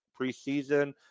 preseason